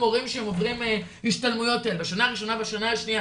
מורים שהם עוברים השתלמויות בשנה הראשונה והשנייה.